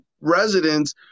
residents